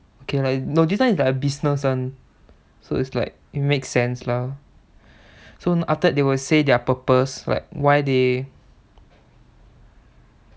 okay like no this one is like a business one so it's like it makes sense lah so after that they will say their purpose like why they